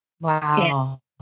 wow